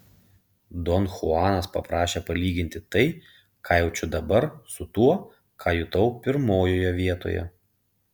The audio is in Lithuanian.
don chuanas paprašė palyginti tai ką jaučiu dabar su tuo ką jutau pirmojoje vietoje